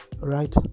right